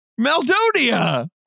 Maldonia